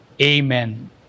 amen